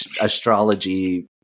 astrology